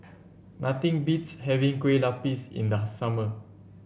nothing beats having Kue Lupis in the summer